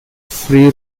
free